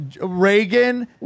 Reagan